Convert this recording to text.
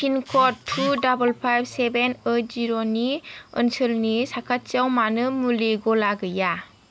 पिनक'ड थु double five seven eight जिर'नि ओनसोलनि साखाथियाव मानो मुलि गला गैया